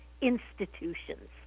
institutions